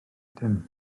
dim